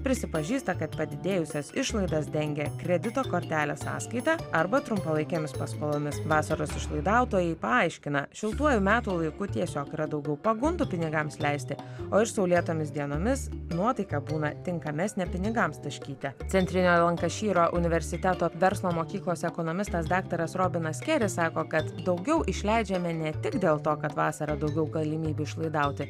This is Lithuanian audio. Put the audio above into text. prisipažįsta kad padidėjusias išlaidas dengia kredito kortelės sąskaita arba trumpalaikėmis paskolomis vasaros išlaidautojai paaiškina šiltuoju metų laiku tiesiog yra daugiau pagundų pinigams leisti o ir saulėtomis dienomis nuotaika būna tinkamesnė pinigams taškyti centrinio lankašyro universiteto verslo mokyklos ekonomistas daktaras robinas keris sako kad daugiau išleidžiame ne tik dėl to kad vasarą daugiau galimybių išlaidauti